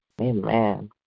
Amen